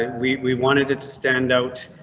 and we wanted it to stand out.